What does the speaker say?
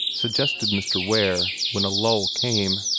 suggested mr. ware, when a lull came.